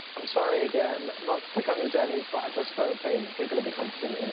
i'm sorry again, not to pick on you, jennie, but i just don't think you're going to be confident in